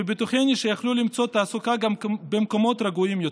ובטוחני שיכלו למצוא תעסוקה גם במקומות רגועים יותר.